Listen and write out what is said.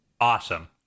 awesome